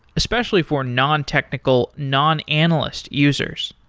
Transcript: especially for non-technical non-analyst users.